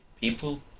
people